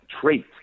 trait